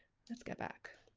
let's go back.